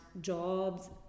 jobs